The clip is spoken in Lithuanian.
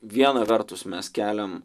viena vertus mes keliam